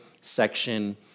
section